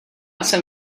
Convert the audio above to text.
jsem